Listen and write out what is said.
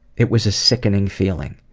it was a sickening feeling.